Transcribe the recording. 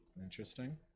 interesting